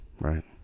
Right